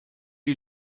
die